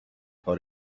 for